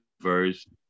verse